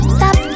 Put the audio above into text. Stop